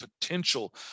potential